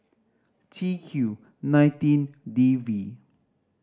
T Q nineteen D V